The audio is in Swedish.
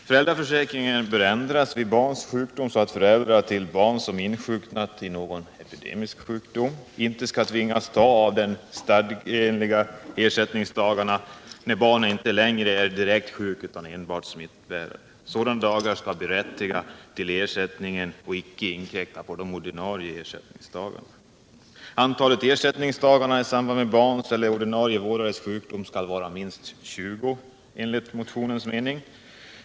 Föräldraförsäkringen vid barns sjukdom bör ändras så att förälder till barn som insjuknat i någon epidemisk sjukdom inte skall tvingas ta av det stadgade antalet ersättningsdagar när barnet inte längre är direkt sjukt utan enbart smittbärare. Sådana dagar skall berättiga till ersättning och inte inkräkta på de stadgade ersättningsdagarna. Antalet ersättningsdagar i samband med barns eller ordinarie vårdares sjukdom skall enligt vad som föreslås i motionen vara minst 20.